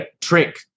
Trick